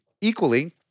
equally